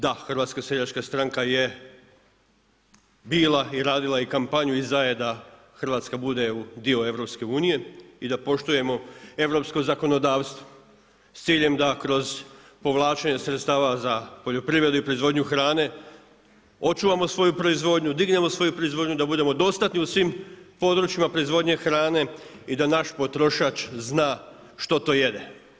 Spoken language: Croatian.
Da, HSS je bila i radila i kampanju i za je da Hrvatska bude dio EU i da poštujemo europsko zakonodavstvo, s ciljem da kroz povlačenjem sredstava za poljoprivredu i proizvodnju hrane očuvamo svoju proizvodnju, dignemo svoju proizvodnju da budemo dostatni u svim područjima proizvodnje hrane i da naš potrošač zna što to jede.